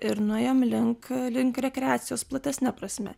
ir nuėjom link link rekreacijos platesne prasme